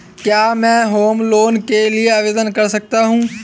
क्या मैं home loan के लिए आवेदन कर सकता हूं?